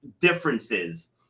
differences